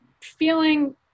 feeling